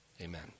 Amen